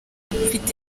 mfite